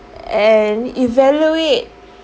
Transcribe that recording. and evaluate